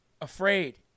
afraid